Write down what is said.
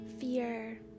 fear